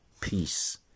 Peace